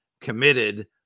committed